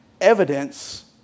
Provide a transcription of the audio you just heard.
evidence